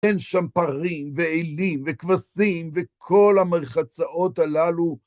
אין שם פרים, ואיילים, וכבשים, וכל המרחצאות הללו.